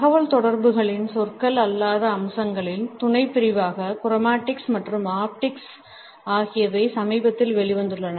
தகவல்தொடர்புகளின் சொற்கள் அல்லாத அம்சங்களின் துணைப்பிரிவாக குரோமாட்டிக்ஸ் மற்றும் ஆப்டிக்ஸ் ஆகியவை சமீபத்தில் வெளிவந்துள்ளன